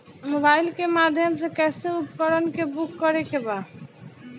Mobile के माध्यम से कैसे उपकरण के बुक करेके बा?